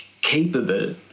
capable